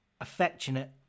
affectionate